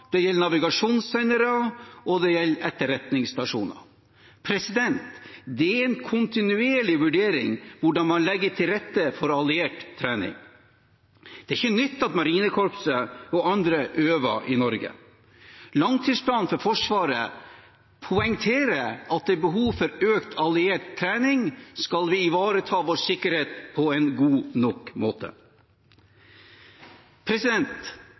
det gjelder navigasjonssendere, og det gjelder etterretningsstasjoner. Det er en kontinuerlig vurdering hvordan man legger til rette for alliert trening. Det er ikke nytt at marinekorpset og andre øver i Norge. Langtidsplanen for Forsvaret poengterer at det er behov for økt alliert trening skal vi ivareta vår sikkerhet på en god nok måte.